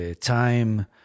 time